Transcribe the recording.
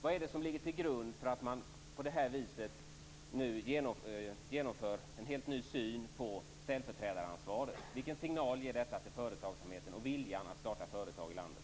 Vad är det som ligger till grund för att man nu på det här viset genomför en helt ny syn på ställföreträdaransvaret? Vilken signal ger detta till företagsamheten, och vad betyder det för viljan att starta företag i landet?